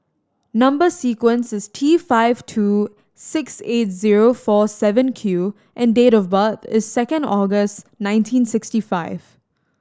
number sequence is T five two six eight zero four seven Q and date of birth is second August nineteen sixty five